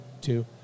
two